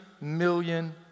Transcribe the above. million